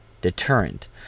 deterrent